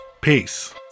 Peace